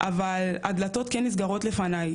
אבל הדלתות כן נסגרות לפני,